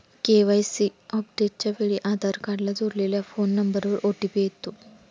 KYC अपडेटच्या वेळी आधार कार्डला जोडलेल्या फोन नंबरवर ओ.टी.पी येतो